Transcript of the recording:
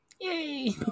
Yay